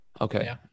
Okay